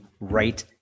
right